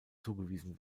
zugewiesen